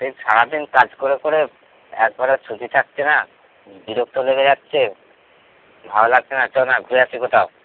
এই সারা দিন কাজ করে করে একবেলা ছুটি থাকছে না বিরক্ত লেগে যাচ্ছে ভাও লাগছে না চ না ঘুরে আসি কোথাও